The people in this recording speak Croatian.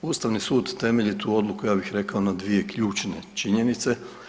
Ustavni sud temelji tu odluku ja bih rekao na dvije ključne činjenice.